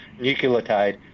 Nucleotide